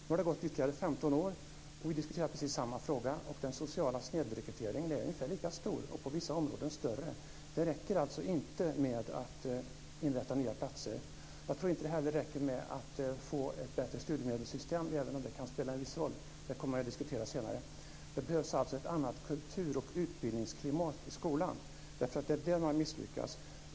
Nu har det gått ytterligare 15 år och vi diskuterar precis samma fråga. Den sociala snedrekryteringen är ungefär lika stor och på vissa områden större. Det räcker alltså inte med att inrätta nya platser. Jag tror inte heller att det räcker med att få ett bättre studiemedelssystem, även om det kan spela en viss roll. Det kommer vi att diskutera senare. Det behövs ett annat kultur och utbildningsklimat i skolan. Det är där man har misslyckats.